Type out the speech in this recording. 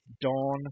Dawn